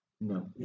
No